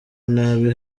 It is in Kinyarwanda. nabi